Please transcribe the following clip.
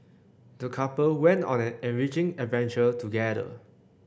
the couple went on an enriching adventure together